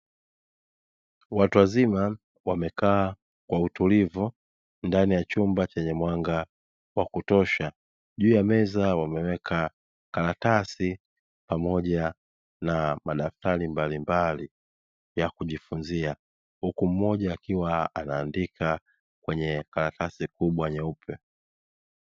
Watu wazima wamekaa kwa utulivu ndani ya chumba chenye mwanga wa kutosha, juu ya meza wameweka karatasi pamoja na madaktari mbalimbali ya kujifunzia huku mmoja akiwa anaandika kwenye karatasi kubwa nyeupe.